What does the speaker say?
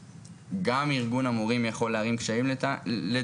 גם ארגון המורים יכול להערים קשיים לדעתנו.